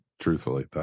truthfully